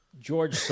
George